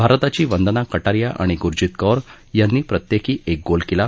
भारताची वंदना कटारिया आणि गुरजीत कौर यांनी प्रत्येकी एक गोल केला